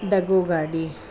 ढगो गाॾी